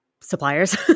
suppliers